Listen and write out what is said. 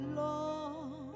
long